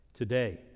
Today